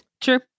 True